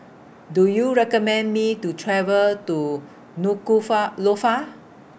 Do YOU recommend Me to travel to Nuku Lofa